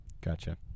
Gotcha